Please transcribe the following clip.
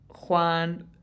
Juan